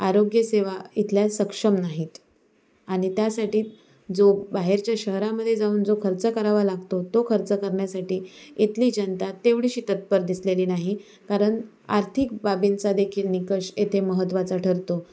आरोग्यसेवा इथल्या सक्षम नाहीत आणि त्यासाठी जो बाहेरच्या शहरामध्ये जाऊन जो खर्च करावा लागतो तो खर्च करण्यासाठी इथली जनता तेवढीशी तत्पर दिसलेली नाही कारण आर्थिक बाबींचा देखील निकष येथे महत्त्वाचा ठरतो